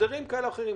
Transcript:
הסדרים כאלה ואחרים.